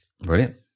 Brilliant